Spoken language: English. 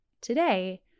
today